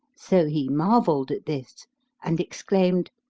so he marvelled at this and exclaimed,